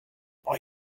are